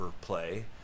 play